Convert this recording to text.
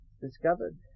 discovered